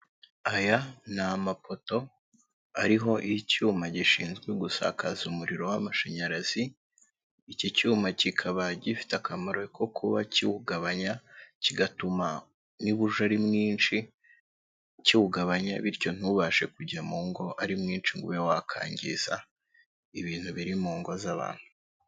Aya ni amapoto ariho y'icyuma gishinzwe gusakaza umuriro w'amashanyarazi, iki cyuma kikaba gifite akamaro ko kuba kiwugabanya, kigatuma niba uje ari mwinshi kiwugabanya bityo ntubashe kujya mu ngo ari mwinshi ngo ube wakangiza, ibintu biri mu ngo z'abantu.